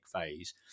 phase